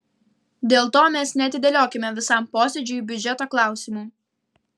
dėl to mes neatidėliokime visam posėdžiui biudžeto klausimų